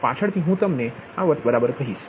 પાછળથી હું તમને આ વાત બરાબર કહીશ